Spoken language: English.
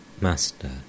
Master